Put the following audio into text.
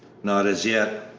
not as yet.